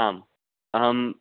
आम् अहम्